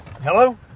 Hello